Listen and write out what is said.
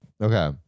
okay